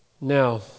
Now